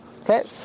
Okay